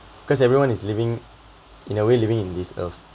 because everyone is living in a way living in this earth